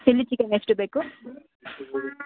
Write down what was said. chilli chicken ಎಷ್ಟು ಬೇಕು